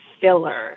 filler